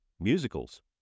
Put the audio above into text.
musicals